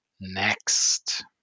next